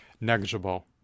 negligible